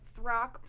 Throck